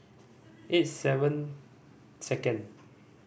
eight seven second